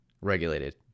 regulated